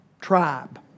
tribe